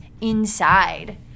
inside